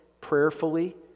prayerfully